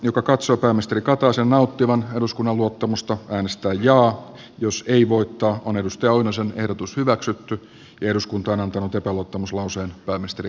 joka katsoo pääministeri kataisen nauttivan eduskunnan luottamusta äänestää jaa jos ei voittaa on pentti oinosen ehdotus hyväksytty ja eduskunta on antanut epäluottamuslauseen voimisteli